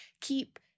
keep